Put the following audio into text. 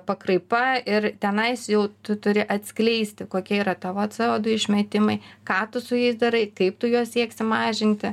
pakraipa ir tenais jau tu turi atskleisti kokie yra tavo ce o du išmetimai ką tu su jais darai kaip tu juos sieksi mažinti